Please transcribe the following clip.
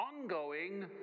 ongoing